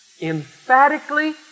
Emphatically